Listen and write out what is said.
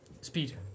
speed